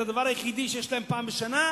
את הדבר היחידי שיש להם פעם בשנה,